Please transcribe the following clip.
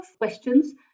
questions